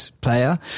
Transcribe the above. player